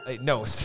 No